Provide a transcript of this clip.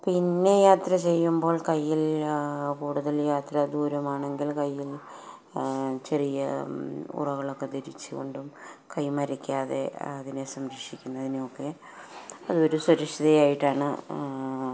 പിന്നെ യാത്ര ചെയ്യുമ്പോൾ കയ്യിൽ കൂടുതൽ യാത്ര ദൂരമാണെങ്കിൽ കയ്യിൽ ചെറിയ ഉറകളൊക്കെ ധരിച്ചുകൊണ്ടും കൈ അതിനെ സംരക്ഷിക്കുന്നതിനുമൊക്കെ അതൊരു സുരക്ഷയായിട്ടാണ്